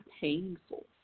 painful